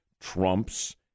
Trump's